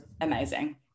amazing